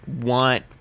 want